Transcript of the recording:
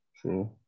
true